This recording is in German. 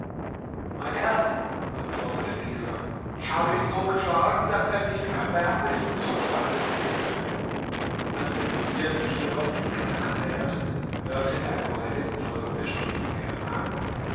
mein herr antwortete dieser ich habe ihn so geschlagen daß er sich im erbärmlichsten zustande befindet als der vezier sich hierauf dem kerker näherte hörte er nureddin folgende strophen hersagen